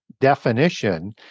definition